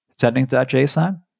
Settings.json